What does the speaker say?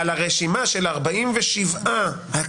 על הרשימה של 47 הקיימים,